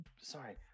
sorry